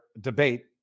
debate